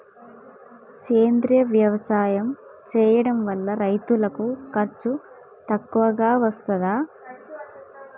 సేంద్రీయ వ్యవసాయం చేయడం వల్ల రైతులకు ఖర్చు తక్కువగా వస్తదా?